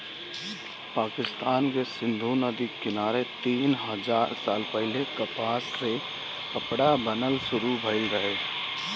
पाकिस्तान के सिंधु नदी के किनारे तीन हजार साल पहिले कपास से कपड़ा बनल शुरू भइल रहे